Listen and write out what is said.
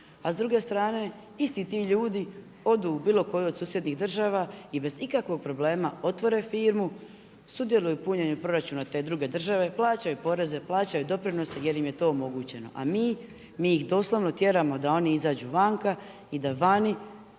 A s druge strane, isti ti ljudi odu u bilo koju od susjednih država i bez ikakvog problema otvore firmu, sudjeluju u punjenju proračuna te druge države, plaćaju poreze, plaćaju doprinose, jer im je to omogućeno. A mi, mi ih doslovni tjeramo da oni izađu vanka i da vani